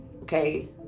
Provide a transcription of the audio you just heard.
Okay